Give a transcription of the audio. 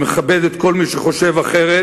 אני מכבד את כל מי שחושב אחרת,